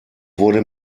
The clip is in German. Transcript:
wurde